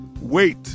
wait